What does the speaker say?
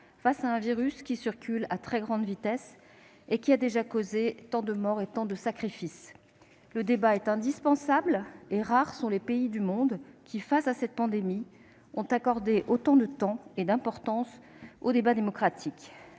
face à un virus qui circule à très grande vitesse et qui a déjà entraîné tant de morts et de sacrifices. Le débat est indispensable, et rares sont les pays du monde qui, face à cette pandémie, ont accordé autant de temps et d'importance au débat démocratique.